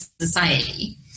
society